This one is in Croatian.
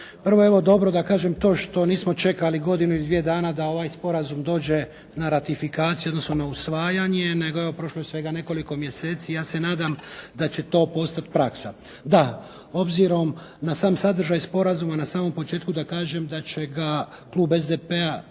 Prvo je evo dobro da kažem to što nismo čekali godinu ili dvije dana da ovaj Sporazum dođe na ratifikaciju, odnosno na usvajanje, nego evo prošlo je svega nekoliko mjeseci i ja se nadam da će to postati praksa. Da, obzirom na sam sadržaj Sporazuma, na samom početku da kažem da će ga klub SDP-a